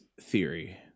theory